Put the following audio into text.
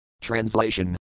Translation